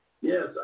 Yes